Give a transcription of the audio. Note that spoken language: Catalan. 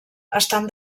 estan